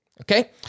Okay